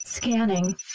Scanning